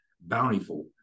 bountiful